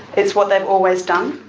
it's what they've always done,